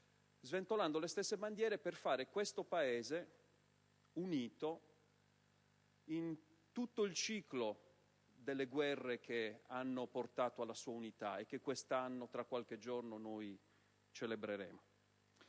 nel suo discorso, per fare questo Paese unito in tutto il ciclo delle guerre che hanno portato alla sua Unità e che quest'anno, tra qualche giorno, celebreremo